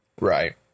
Right